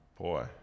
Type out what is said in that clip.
boy